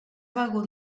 begut